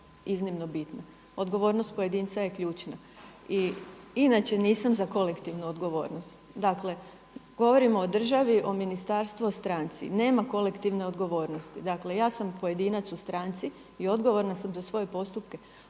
iznimno bitna, odgovornost pojedinca je ključna. I inače nisam za kolektivnu odgovornost. Dakle, govorimo o državi, o ministarstvu, o stranci nema kolektivne odgovornosti. Dakle ja sam pojedinac u stranci i odgovorna sam za svoje postupke,